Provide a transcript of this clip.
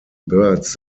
birds